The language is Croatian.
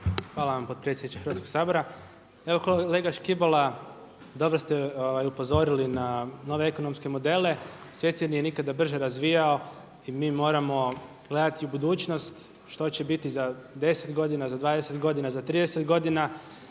Hvala vam potpredsjedniče Hrvatskog sabora. Evo kolega Škibola, dobro ste upozorili na nove ekonomske modele. Svijet se nije nikada brže razvijao i mi moramo gledati i u budućnost što će biti za 10 godina, za 20 godina, za 30 godina.